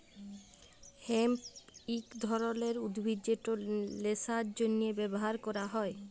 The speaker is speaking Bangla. হেম্প ইক ধরলের উদ্ভিদ যেট ল্যাশার জ্যনহে ব্যাভার ক্যরা হ্যয়